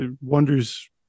wonders